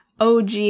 OG